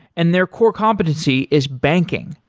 and their core competency is banking,